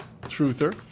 truther